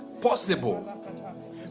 possible